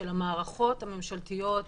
של המערכות הממשלתיות,